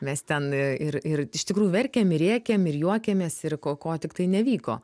mes ten ir ir iš tikrųjų verkėm ir rėkėm ir juokėmės ir ko ko tiktai nevyko